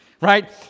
Right